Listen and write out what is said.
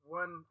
one –